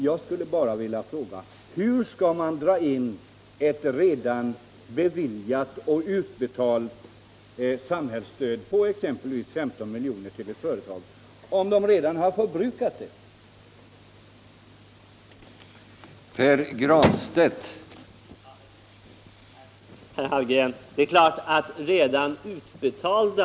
Jag skulle bara vilja fråga: Hur skall man kunna dra in ett redan beviljat och utbetalat samhällsstöd på exempelvis 15 miljoner till ett företag, om företaget redan har förbrukat pengarna?